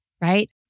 right